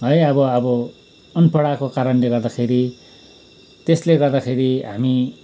है अब अब अनपढ़को कारणले गर्दाखेरि त्यसले गर्दाखेरि हामी